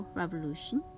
revolution